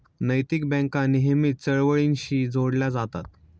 नैतिक बँका नेहमीच चळवळींशीही जोडल्या जातात